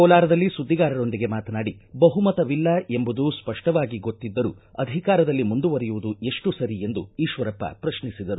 ಕೋಲಾರದಲ್ಲಿ ಸುದ್ದಿಗಾರರೊಂದಿಗೆ ಮಾತನಾಡಿ ಬಹುಮತವಿಲ್ಲ ಎಂಬುದು ಸ್ಪಷ್ಟವಾಗಿ ಗೊತ್ತಿದ್ದರೂ ಅಧಿಕಾರದಲ್ಲಿ ಮುಂದುವರೆಯುವುದು ಎಷ್ಟು ಸರಿ ಎಂದು ಈಶ್ವರಪ್ಪ ಪ್ರಶ್ನಿಸಿದರು